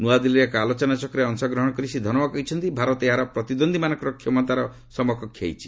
ନୃଆଦିଲ୍ଲୀରେ ଏକ ଆଲୋଚନାଚକ୍ରରେ ଅଂଶଗ୍ରହଣ କରି ଶ୍ରୀ ଧନୋଆ କହିଛନ୍ତି ଭାରତ ଏହାର ପ୍ରତିଦ୍ୱନ୍ଦ୍ୱୀମାନଙ୍କର କ୍ଷମତାର ସମକକ୍ଷ ହୋଇଛି